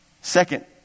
Second